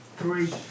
Three